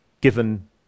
given